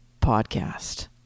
podcast